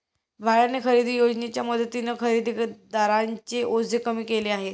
भाड्याने खरेदी योजनेच्या मदतीने खरेदीदारांचे ओझे कमी केले जाते